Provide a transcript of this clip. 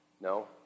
No